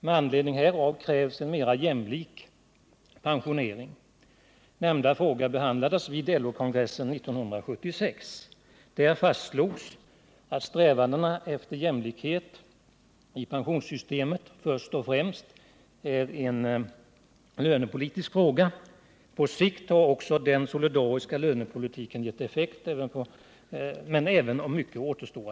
Med anledning härav har krävts en mera jämlik pensionering. Nämnda fråga behandlades vid LO-kongressen 1976. Där fastslogs att strävandena efter jämlikhet i pensionssystemet först och främst är en lönepolitisk fråga. På sikt har också den solidariska lönepolitiken gett effekt även om mycket återstår.